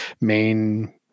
main